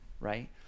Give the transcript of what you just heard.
right